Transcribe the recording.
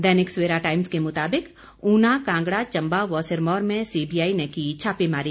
दैनिक Savera Times के मुताबिक ऊना कांगड़ा चंबा व सिरमौर में सीबीआई ने की छापामारी